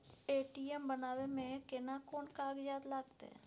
ATM बनाबै मे केना कोन कागजात लागतै?